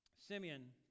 Simeon